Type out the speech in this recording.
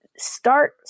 Start